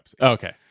Okay